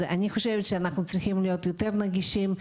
אז אני חושבת שאנחנו צריכים להיות יותר נגישים,